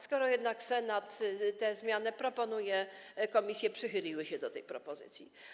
Skoro jednak Senat tę zmianę proponuje, komisje przychyliły się do tej propozycji.